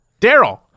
Daryl